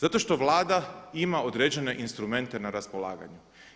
Zato što Vlada ima određene instrumente na raspolaganju.